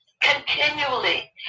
Continually